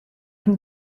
can